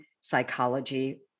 psychology